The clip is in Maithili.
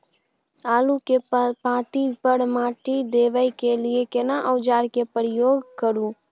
आलू के पाँति पर माटी देबै के लिए केना औजार के प्रयोग करू?